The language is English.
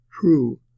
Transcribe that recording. true